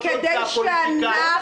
כי זה לא הם,